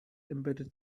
embedded